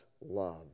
love